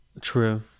True